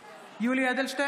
(קוראת בשמות חברי הכנסת) יולי יואל אדלשטיין,